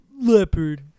Leopard